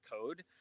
code